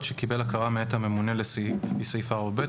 שקיבל הכרה מאת הממונה לפי סעיף 4ב,